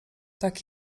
tak